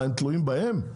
הם תלויים בהן?